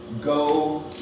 go